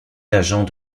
l’agent